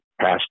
passed